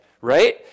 right